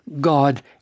God